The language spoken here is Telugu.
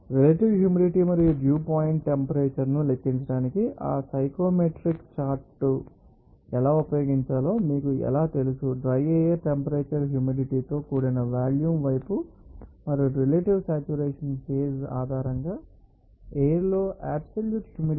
రెలెటివ్ హ్యూమిడిటీ మరియు డ్యూ పాయింట్ టెంపరేచర్ ను లెక్కించడానికి ఆ సైక్రోమెట్రిక్ చార్ట్ను ఎలా ఉపయోగించాలో మీకు ఎలా తెలుసు డ్రై ఎయిర్ టెంపరేచర్ హ్యూమిడిటీతో కూడిన వాల్యూమ్ వైపు మరియు రెలెటివ్ సేట్యురేషన్ ఫేజ్ ఆధారంగా ఎయిర్ లో అబ్సెల్యూట్ హ్యూమిడిటీ